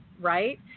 right